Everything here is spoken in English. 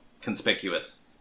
conspicuous